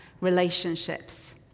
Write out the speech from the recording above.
relationships